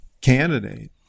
candidate